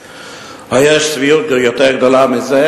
היש צביעות יותר גדולה מזה?